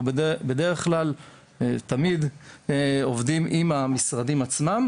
בדרך כלל תמיד עובדים עם המשרדים עצמם